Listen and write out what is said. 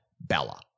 bella